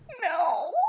No